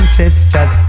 sisters